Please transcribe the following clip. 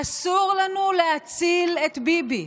אסור לנו להציל את ביבי.